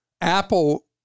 Apple